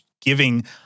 giving